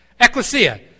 Ecclesia